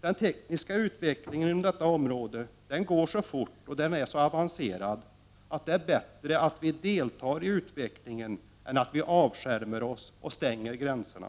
Den tekniska utvecklingen inom detta område går så fort och är så avancerad att det är bättre att delta i utvecklingen än att avskärma sig och stänga gränserna.